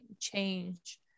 change